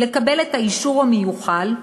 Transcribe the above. לקבל את האישור המיוחל,